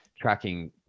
tracking